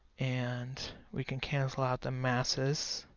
and we can cancel out the masses